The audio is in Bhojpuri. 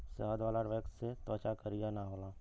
शहद वाला वैक्स से त्वचा करिया ना होला